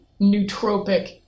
nootropic